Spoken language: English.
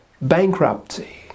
bankruptcy